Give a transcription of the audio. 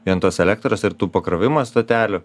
vien tos elektros ir tų pakrovimo stotelių